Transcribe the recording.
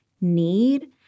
need